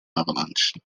avalanche